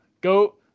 Go